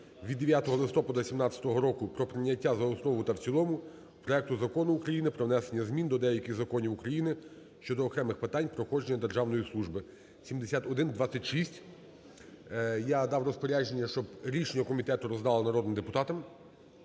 від 9 листопада 2017 року про прийняття за основу та в цілому проекту Закону України про внесення змін до деяких законів України щодо окремих питань проходження державної служби (7126). Я дав розпорядження, щоб рішення комітету роздали народним депутатам.